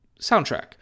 soundtrack